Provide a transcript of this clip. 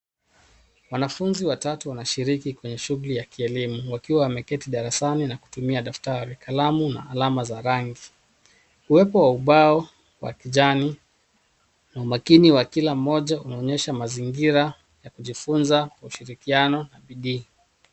Wanafunzi watatu wanashiriki kwenye shughuli ya kielimu wakiwa wameketi darasani na kutumia daftari, kalamu na alama za rangi. Uwepo wa ubao wa kijani na umaakini wa kila mmoja unaonyesha mazingira ya kujifunza kwa ushirikiano na bidii.